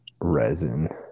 resin